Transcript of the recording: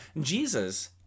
Jesus